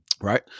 right